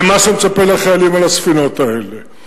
של מה שמצפה לחיילים על הספינות האלה,